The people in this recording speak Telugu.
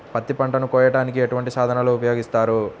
పత్తి పంటను కోయటానికి ఎటువంటి సాధనలు ఉపయోగిస్తారు?